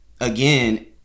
again